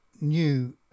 new